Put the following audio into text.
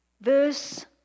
Verse